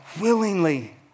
willingly